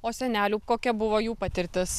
o senelių kokia buvo jų patirtis